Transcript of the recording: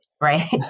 right